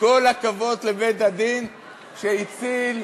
כל הכבוד לבית-הדין שהציל,